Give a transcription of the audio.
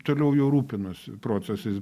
toliau jau rūpinosi procesais